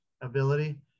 ability